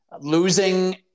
losing